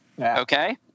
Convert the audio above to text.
Okay